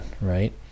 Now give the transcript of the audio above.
right